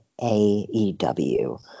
AEW